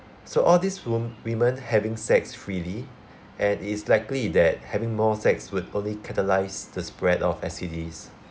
so all these wom~ women having sex freely and it's likely that having more sex would only catalyse the spread of S_T_Ds